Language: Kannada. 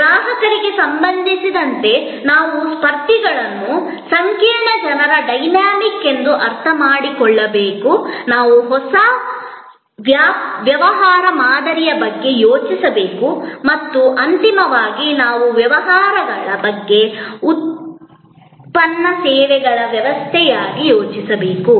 ಗ್ರಾಹಕರಿಗೆ ಸಂಬಂಧಿಸಿದಂತೆ ನಾವು ಸ್ಪರ್ಧಿಗಳನ್ನು ಸಂಕೀರ್ಣ ಜನರ ಡೈನಾಮಿಕ್ಸ್ ಎಂದು ಅರ್ಥಮಾಡಿಕೊಳ್ಳಬೇಕು ನಾವು ಹೊಸ ವ್ಯವಹಾರ ಮಾದರಿಯ ಬಗ್ಗೆ ಯೋಚಿಸಬೇಕು ಮತ್ತು ಅಂತಿಮವಾಗಿ ನಾವು ವ್ಯವಹಾರಗಳ ಬಗ್ಗೆ ಉತ್ಪನ್ನ ಸೇವೆಗಳ ವ್ಯವಸ್ಥೆಯಾಗಿ ಯೋಚಿಸಬೇಕು